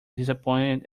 disappointed